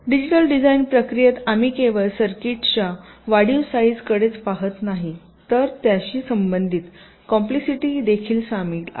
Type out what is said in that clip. digital डिझाइनप्रक्रियेत आम्ही केवळ सर्किट्सच्या वाढीव साईजकडेच पाहत नाही तर त्याशी संबंधित कॉम्प्लेसिटी देखील सामील आहोत